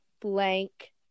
blank